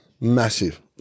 Massive